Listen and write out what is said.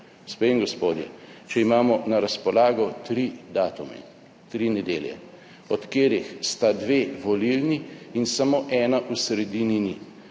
Gospe in gospodje, če imamo na razpolago tri datume, tri nedelje, od katerih sta dve volilni in samo ena v sredini ni,